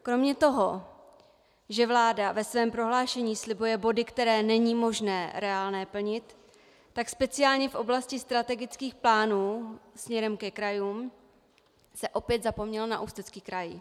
Kromě toho, že vláda ve svém prohlášení slibuje body, které není možné reálně plnit, tak speciálně v oblasti strategických plánů směrem ke krajům se opět zapomnělo na Ústecký kraj.